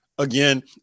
Again